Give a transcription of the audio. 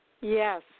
Yes